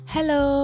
Hello